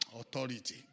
Authority